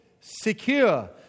secure